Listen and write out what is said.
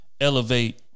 Elevate